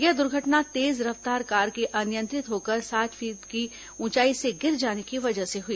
यह दुर्घटना तेज रफ्तार कार के अनियंत्रित होकर सात फीट की ऊंचाई से नीचे गिर जाने की वजह से हुई